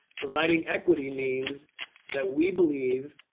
providing equity means that we believe